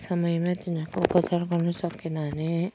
समयमै तिनीहरूको उपचार गर्नु सकेन भने